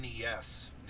NES